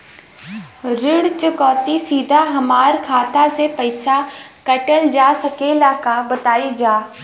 ऋण चुकौती सीधा हमार खाता से पैसा कटल जा सकेला का बताई जा?